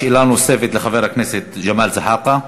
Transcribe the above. שאלה נוספת לחבר הכנסת ג'מאל זחאלקה,